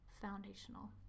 foundational